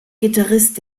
gitarrist